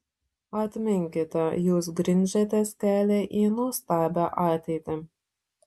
atminkite jūs grindžiatės kelią į nuostabią ateitį